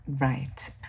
Right